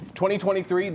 2023